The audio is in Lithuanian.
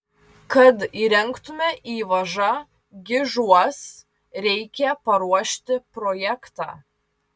kad įrengtume įvažą gižuos reikia paruošti projektą